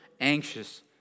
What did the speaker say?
anxious